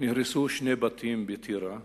נהרסו שני בתים בטירה,